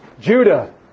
Judah